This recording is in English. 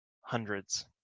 hundreds